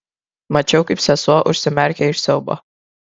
mačiau kaip sesuo užsimerkia iš siaubo